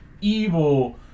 evil